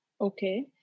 okay